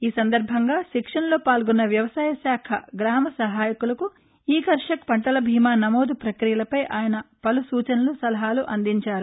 ఈ సందర్భంగా శిక్షణలో పాల్గొన్న వ్యవసాయ శాఖ గ్రామ సహాయకులకు ఈ కర్షక్ వంటల బీమా నమోదు ప్రక్రియలపై ఆయన వలు సూచనలు సలహాలు అందించారు